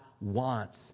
wants